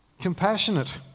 compassionate